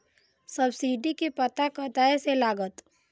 Subsidy के पता कतय से लागत?